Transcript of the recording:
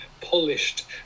polished